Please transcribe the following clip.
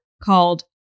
called